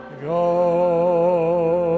go